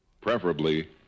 preferably